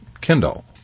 Kindle